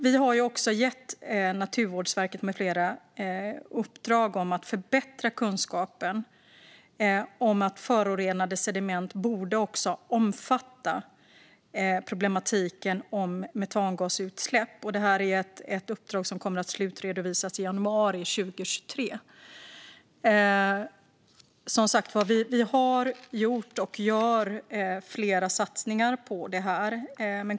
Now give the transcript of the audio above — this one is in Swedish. Vi har också gett Naturvårdsverket med flera i uppdrag att förbättra kunskapen om att förorenade sediment också borde omfatta problematiken med metangasutsläpp. Detta är ett uppdrag som kommer att slutredovisas i januari 2023. Vi har som sagt gjort och gör flera satsningar på detta.